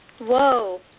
Whoa